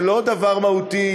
זה לא דבר מהותי,